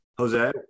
Jose